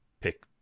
pick